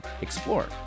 explore